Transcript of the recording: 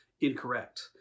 incorrect